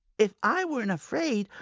if i weren't afraid,